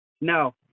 No